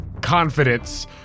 confidence